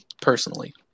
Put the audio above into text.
personally